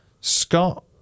Scott